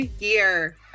year